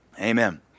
Amen